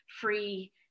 free